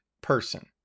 person